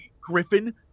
Griffin